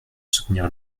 soutenir